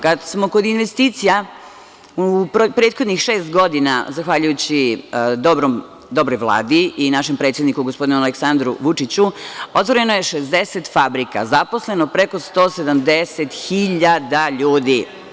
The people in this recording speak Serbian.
Kada smo kod investicija, prethodnih šest godina, zahvaljujući dobroj Vladi i našem predsedniku Aleksandru Vučiću, otvoreno je 60 fabrika, a zaposleno preko 170.000 ljudi.